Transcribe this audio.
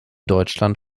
deutschland